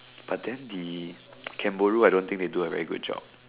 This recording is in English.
but then the kangaroo I don't think they did a really good job